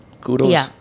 Kudos